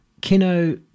Kino